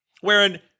wherein